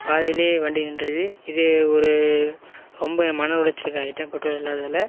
பாதியிலேயே வண்டி நின்றுடுது இது ஒரு ரொம்ப மன உளைச்சலுக்கு ஆளாயிட்டேன் பெட்ரோல் இல்லாததால்